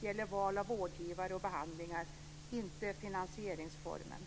gäller val av vårdgivare och behandlingar - inte finansieringsformen.